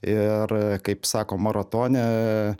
ir kaip sako maratone